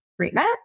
treatment